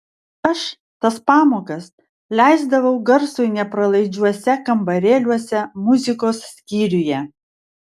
aš tas pamokas leisdavau garsui nepralaidžiuose kambarėliuose muzikos skyriuje